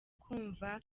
kumva